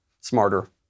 smarter